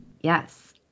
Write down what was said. Yes